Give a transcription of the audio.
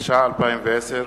התש"ע 2010,